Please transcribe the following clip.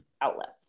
outlets